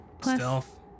Stealth